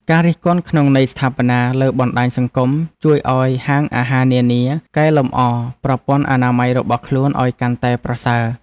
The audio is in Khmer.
ការរិះគន់ក្នុងន័យស្ថាបនាលើបណ្តាញសង្គម ជួយឱ្យហាងអាហារនានាកែលម្អប្រព័ន្ធអនាម័យរបស់ខ្លួនឱ្យកាន់តែប្រសើរ។